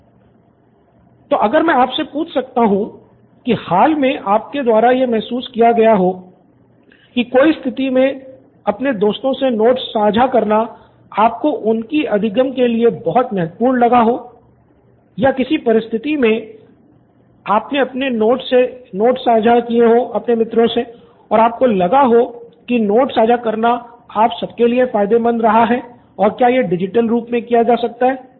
student १ तो अगर मैं आपसे पूछ सकता हूँ कि हाल में आपके द्वारा यह महसूस किया गया हो कि कोई स्थिति मे अपने दोस्तों से नोट्स साझा करना आपको उनकी अधिगम के लिए बहुत महत्वपूर्ण लगा हो या किसी परिस्थिति मे आपने अपने मित्रों से नोट्स साझा किए हो और आपको लगा हो कि नोट्स साझा करना आप सब के लिए फ़ायदेमंद है और क्या ये डिजिटल रूप किया जा सकता है